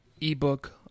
ebook